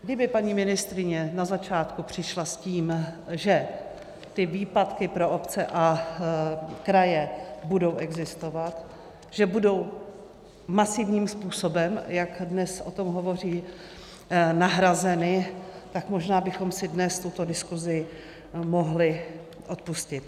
Kdyby paní ministryně na začátku přišla s tím, že ty výpadky pro obce a kraje budou existovat, že budou masivním způsobem, jak dnes o tom hovoří, nahrazeny, tak možná bychom si dnes tuto diskuzi mohli odpustit.